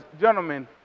gentlemen